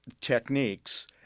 techniques